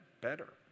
better